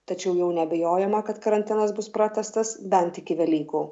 tačiau jau neabejojama kad karantinas bus pratęstas bent iki velykų